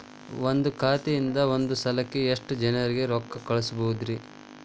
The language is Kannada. ಒಂದ್ ಖಾತೆಯಿಂದ, ಒಂದ್ ಸಲಕ್ಕ ಎಷ್ಟ ಜನರಿಗೆ ರೊಕ್ಕ ಕಳಸಬಹುದ್ರಿ?